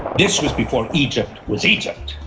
this was before egypt was egypt,